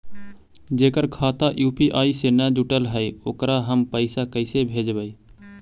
जेकर खाता यु.पी.आई से न जुटल हइ ओकरा हम पैसा कैसे भेजबइ?